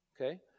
okay